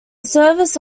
service